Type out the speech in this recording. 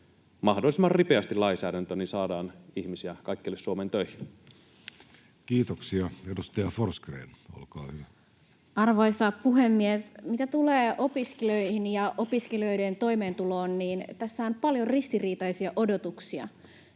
mahdollisimman ripeästi lainsäädäntöön niin että saadaan ihmisiä kaikkialle Suomeen töihin. Kiitoksia. — Edustaja Forsgrén, olkaa hyvä. Arvoisa puhemies! Mitä tulee opiskelijoihin ja opiskelijoiden toimeentuloon, niin tässä on paljon ristiriitaisia odotuksia.